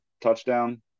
touchdown